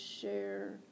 share